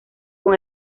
con